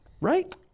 right